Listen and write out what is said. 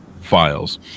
Files